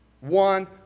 One